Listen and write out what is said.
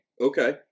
Okay